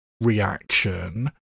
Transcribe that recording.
reaction